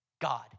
God